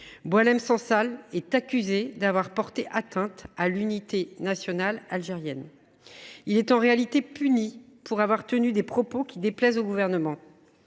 Boualem Sansal est accusé d’avoir porté atteinte à l’unité nationale algérienne ; il est en réalité puni pour avoir tenu des propos déplaisant au gouvernement